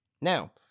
Now